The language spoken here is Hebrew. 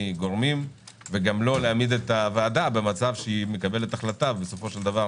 גורמים וגם לא להעמיד את הוועדה במצב שמקבלת החלטה ובסופו של דבר